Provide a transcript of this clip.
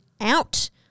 out